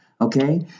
okay